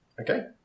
Okay